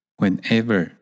whenever